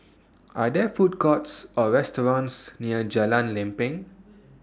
Are There Food Courts Or restaurants near Jalan Lempeng